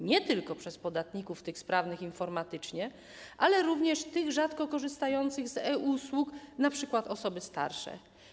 Nie tylko przez tych podatników sprawnych informatycznie, ale również tych rzadko korzystających z e-usług, np. osoby starsze.